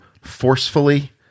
Forcefully